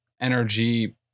energy